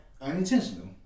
unintentional